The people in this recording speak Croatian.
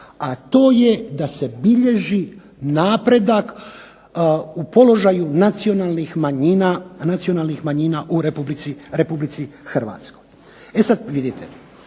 a to je da se bilježi napredak u položaju nacionalnih manjina u Republici Hrvatskoj. E sad vidite,